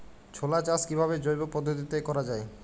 ছোলা চাষ কিভাবে জৈব পদ্ধতিতে করা যায়?